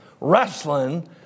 wrestling